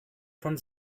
von